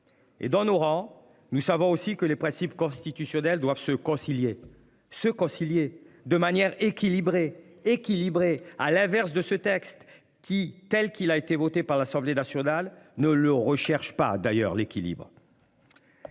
Et dans nos rangs, nous savons aussi que les principes constitutionnels doivent se concilier se concilier de manière équilibrée équilibré. À l'inverse de ce texte qui telle qu'il a été voté par l'Assemblée nationale ne le recherche pas d'ailleurs l'équilibre.